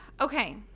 okay